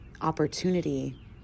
opportunity